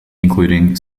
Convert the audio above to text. including